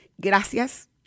Gracias